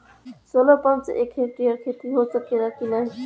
Solar pump से एक hectare क खेती हो सकेला की नाहीं?